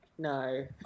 no